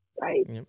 right